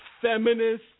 feminist